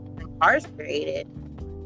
incarcerated